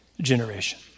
generation